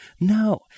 no